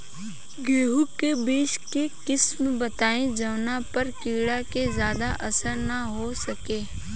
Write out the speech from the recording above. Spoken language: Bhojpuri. गेहूं के बीज के किस्म बताई जवना पर कीड़ा के ज्यादा असर न हो सके?